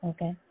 Okay